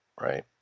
right